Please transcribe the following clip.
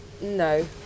no